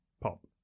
pop